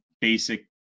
basic